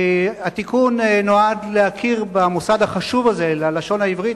התיקון נועד להכיר במוסד החשוב הזה ללשון העברית,